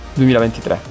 2023